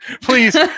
please